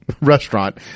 restaurant